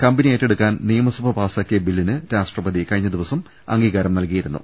company ഏറ്റെടുക്കാൻ നിയമസഭ പാസ്സാക്കിയ ബില്ലിന് രാഷ്ട്രപതി കഴിഞ്ഞ ദിവസം അംഗീകാരം നൽകി യിരുന്നു